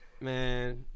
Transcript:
Man